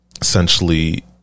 essentially